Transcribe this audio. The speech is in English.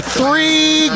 three